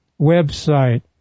website